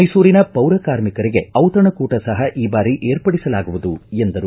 ಮೈಸೂರಿನ ಪೌರ ಕಾರ್ಮಿಕರಿಗೆ ಔತಣ ಕೂಟ ಸಹ ಈ ಬಾರಿ ಏರ್ಪಡಿಸಲಾಗುವುದು ಎಂದರು